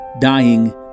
dying